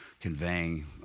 conveying